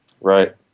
Right